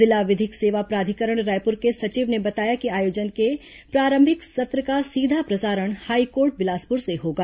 जिला विधिक सेवा प्राधिकरण रायपुर के सचिव ने बताया कि आयोजन के प्रारंभिक सत्र का सीधा प्रसारण हाईकोर्ट बिलासपुर से होगा